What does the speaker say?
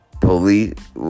Police